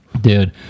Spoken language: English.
Dude